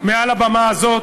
מעל הבמה הזאת,